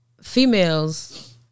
females